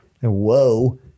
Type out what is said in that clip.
Whoa